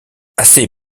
assez